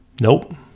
Nope